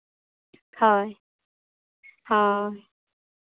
ᱦᱳᱭ ᱦᱳᱭ